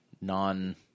non